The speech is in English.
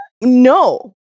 no